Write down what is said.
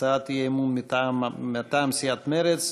הצעת אי-אמון מטעם סיעת מרצ: